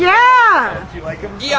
yeah yeah yeah